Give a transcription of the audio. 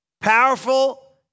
Powerful